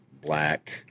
black